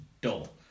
dull